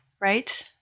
right